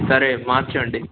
సరే మార్చండి